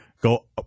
go